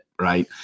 Right